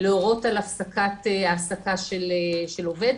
להורות על הפסקת העסקה של עובד,